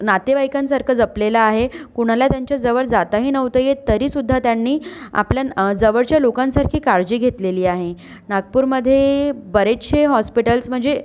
नातेवाईकांसारखं जपलेलं आहे कुणाला त्यांच्याजवळ जाताही नव्हतं येत तरीसुद्धा त्यांनी आपल्या जवळच्या लोकांसारखी काळजी घेतलेली आहे नागपूरमधे बरेचसे हॉस्पिटल्स म्हणजे